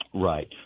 Right